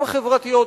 גם חברתיות,